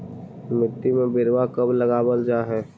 मिट्टी में बिरवा कब लगावल जा हई?